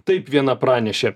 taip viena pranešė